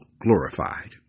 glorified